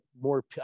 more